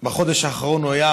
בחודש האחרון הוא היה